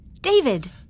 David